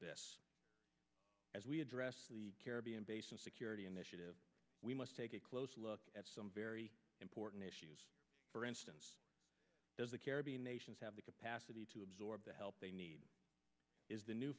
abyss as we address the caribbean basin security initiative we must take a close look at some very important issues for instance as the caribbean nations have the capacity to absorb the help they need is the new